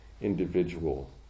individual